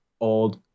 old